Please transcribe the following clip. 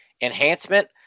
Enhancement